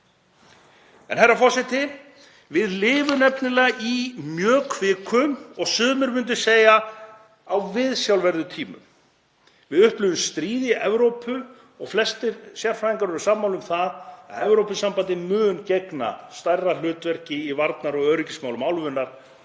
Herra forseti. Við lifum nefnilega í mjög kvikum og sumir myndu segja á viðsjárverðum tímum: Við upplifum stríð í Evrópu og flestir sérfræðingar eru sammála um að Evrópusambandið mun gegna stærra hlutverki í varnar- og öryggismálum álfunnar